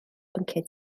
bynciau